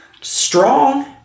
Strong